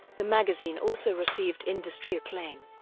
the magazine also received industry acclaim,